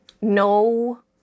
no